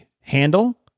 handle